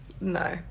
No